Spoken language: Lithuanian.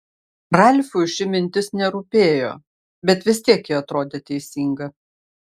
ralfui ši mintis nerūpėjo bet vis tiek ji atrodė teisinga